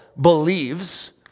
believes